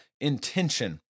intention